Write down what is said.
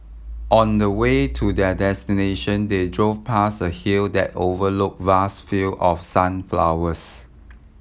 on the way to their destination they drove past a hill that overlook vast field of sunflowers